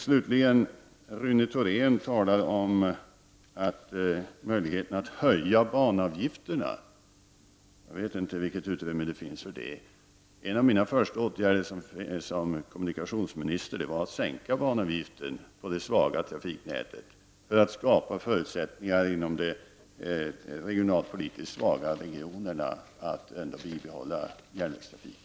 Slutligen: Rune Thorén talar om möjligheterna att höja banavgifterna. Jag vet inte vilket utrymme det finns för det. En av mina första åtgärder som kommunikationsminister var att sänka banavgiften på det svaga trafiknätet för att skapa förutsättningar att bibehålla järnvägstrafiken inom de regionalpolitiskt svaga regionerna.